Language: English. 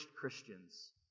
Christians